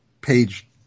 page